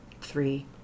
three